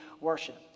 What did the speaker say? worship